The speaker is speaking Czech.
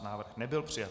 Návrh nebyl přijat.